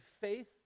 faith